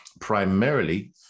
primarily